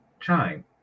chime